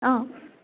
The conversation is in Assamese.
অ'